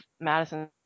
Madison